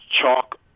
chalk